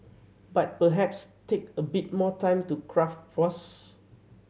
but perhaps take a bit more time to craft post